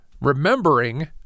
remembering